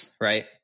right